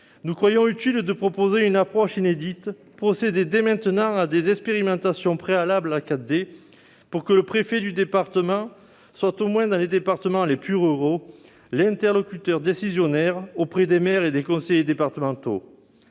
nous pensons utile de proposer une approche inédite, de procéder dès à présent à des expérimentations préalablement au vote du projet de loi 4D, afin que le préfet du département soit, au moins dans les départements les plus ruraux, l'interlocuteur décisionnaire auprès des maires et des conseils départementaux